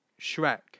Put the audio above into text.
Shrek